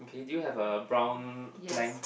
do you have a brown plank